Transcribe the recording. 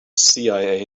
cia